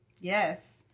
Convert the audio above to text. Yes